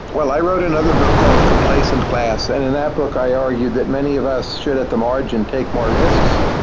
well, i wrote another book called complacent class, and in that book i argued that many of us should at the margin take more risks,